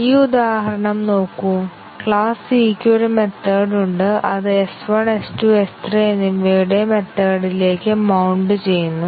ഈ ഉദാഹരണം നോക്കൂ ക്ലാസ് Cക്ക് ഒരു മെത്തേഡ് ഉണ്ട് അത് S1 S2 S3 എന്നിവയുടെ മെത്തേഡിലേക്ക് മൌണ്ട് ചെയ്യുന്നു